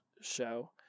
show